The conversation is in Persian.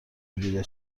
دیده